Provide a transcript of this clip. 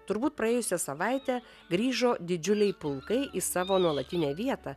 turbūt praėjusią savaitę grįžo didžiuliai pulkai į savo nuolatinę vietą